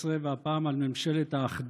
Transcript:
13, והפעם על ממשלת האחדות.